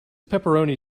pepperoni